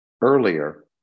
earlier